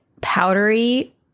powdery